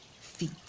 feet